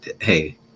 hey